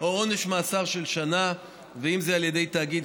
בסופו של דבר יש עשרות אלפי תושבים,